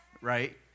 right